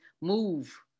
move